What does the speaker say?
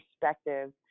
perspective